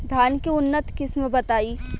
धान के उन्नत किस्म बताई?